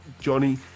Johnny